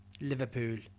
Liverpool